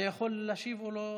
אתה יכול להשיב או לא להשיב.